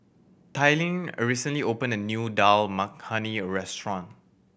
Tyrin a recently opened a new Dal Makhani Restaurant